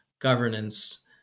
governance